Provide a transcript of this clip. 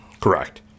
Correct